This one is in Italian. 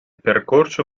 percorso